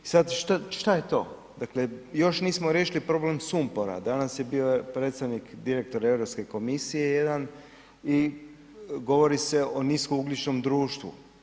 Sad, što je to, dakle, još nismo riješili problem sumpora, danas je bio predstavnik direktora EU komisije jedan i govori se o nisko ugljičnom društvo.